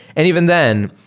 and even then,